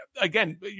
Again